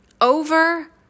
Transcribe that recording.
over